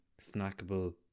snackable